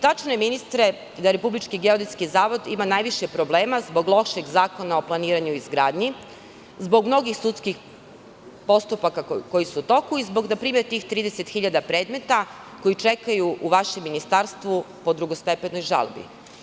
Tačno je, ministre, da RGZ ima najviše problema zbog lošeg Zakona o planiranju i izgradnji, zbog mnogih sudskih postupaka koji su u toku i zbog 30 hiljada predmeta koji čekaju u vašem ministarstvu po drugostepenoj žalbi.